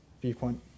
viewpoint